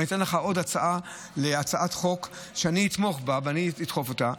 ואני אתן לך עוד הצעה להצעת חוק שאני אתמוך בה ואני אדחף אותה.